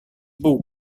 book